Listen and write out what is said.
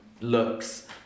looks